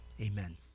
Amen